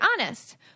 honest